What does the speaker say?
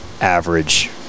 average